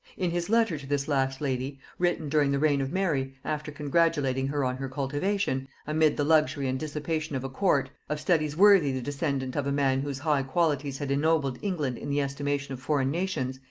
in his letter to this last lady, written during the reign of mary, after congratulating her on her cultivation, amid the luxury and dissipation of a court, of studies worthy the descendant of a man whose high qualities had ennobled england in the estimation of foreign nations,